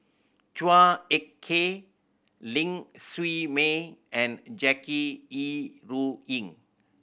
Chua Ek Kay Ling Siew May and Jackie Yi Ru Ying